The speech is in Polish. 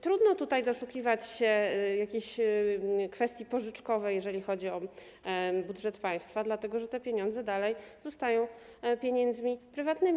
Trudno tutaj doszukiwać się jakiejś kwestii pożyczkowej, jeżeli chodzi o budżet państwa, dlatego że te pieniądze nadal pozostają prywatne.